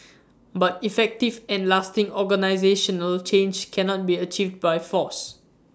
but effective and lasting organisational change cannot be achieved by force